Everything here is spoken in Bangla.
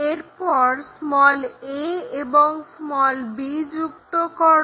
এরপর a এবং b যুক্ত করো